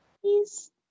please